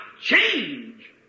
change